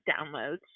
downloads